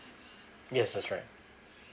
yes that's right